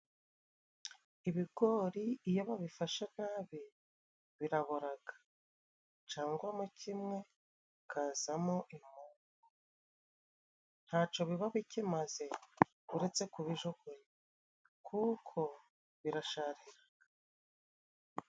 Ibigori iyo babifashe nabi biraboraga, cangwa mo kimwe bikazamo imungu, ntaco biba bikimaze uretse kubijugunya kuko birasharira.